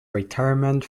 retirement